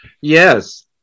yes